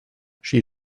she